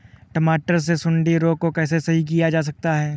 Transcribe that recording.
टमाटर से सुंडी रोग को कैसे सही किया जा सकता है?